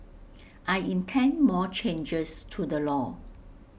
I intend more changes to the law